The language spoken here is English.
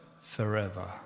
forever